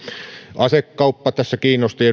asekauppa tässä kiinnosti